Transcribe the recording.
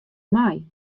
mei